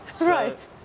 Right